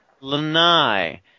Lanai